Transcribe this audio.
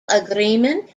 agreement